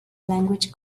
language